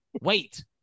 wait